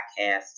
podcast